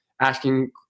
asking